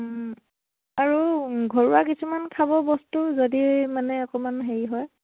আৰু ঘৰুৱা কিছুমান খাব বস্তু যদি মানে অকণমান হেৰি হয়